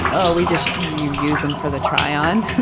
oh, we just you use them for the trial. and